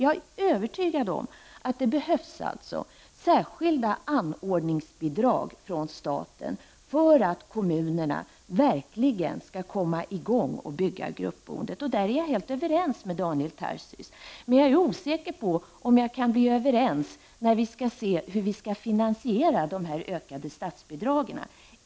Jag är övertygad om att det behövs särskilda anordningsbidrag från staten för att kommunerna verkligen skall komma i gång med att bygga ut gruppboendet. Där är jag överens med Daniel Tarschys. Men jag är osäker på om vi kan bli överens när det gäller finansieringen av utökningen av statsbidraget.